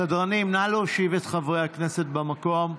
סדרנים, נא להושיב את חברי הכנסת במקום.